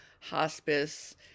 hospice